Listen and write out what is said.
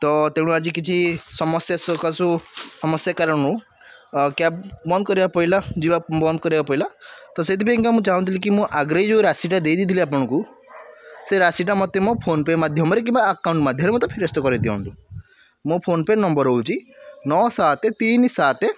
ତ ତେଣୁ ଆଜି କିଛି ସମସ୍ୟା ସକାଶୁ ସମସ୍ୟା କାରଣରୁ କ୍ୟାବ୍ ବନ୍ଦ କରିବାକୁ ପଇଲା ଯିବା ବନ୍ଦ କରିବାକୁ ପଇଲା ତ ସେଇଥିପାଇଁକା ମୁଁ ଚାହୁଁଥିଲି କି ମୁଁ ଆଗ୍ରେଇ ଯେଉଁ ରାଶିଟା ଦେଇ ଦେଇଥିଲି ଆପଣଙ୍କୁ ସେ ରାଶିଟା ମୋତେ ମୋ ଫୋନ୍ପେ ମାଧ୍ୟମରେ କିବା ଆକାଉଣ୍ଟ୍ ମାଧ୍ୟମରେ ମୋତେ ଫେରସ୍ତ କରେଇ ଦିଅନ୍ତୁ ମୋ ଫୋନ୍ପେ ନମ୍ବର୍ ହେଉଛି ନଅ ସାତ ତିନି ସାତ